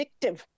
addictive